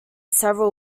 several